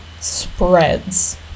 spreads